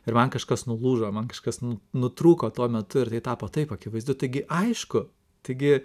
ir man kažkas nulūžo man kažkas nutrūko tuo metu ir tai tapo taip akivaizdu taigi aišku taigi